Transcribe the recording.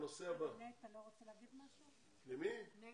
השר להשכלה גבוהה ומשלימה זאב אלקין: ברור.